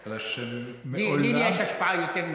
לא רק שאין לי השפעה על יעקב אייכלר,